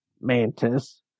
Mantis